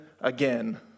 again